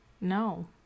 No